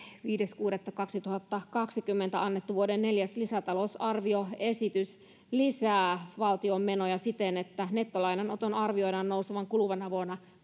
viides kuudetta kaksituhattakaksikymmentä annettu vuoden neljäs lisätalousarvioesitys lisää valtion menoja siten että nettolainanoton arvioidaan nousevan kuluvana vuonna